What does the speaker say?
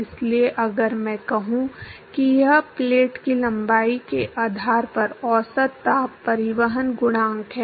इसलिए अगर मैं कहूं कि यह प्लेट की लंबाई के आधार पर औसत ताप परिवहन गुणांक है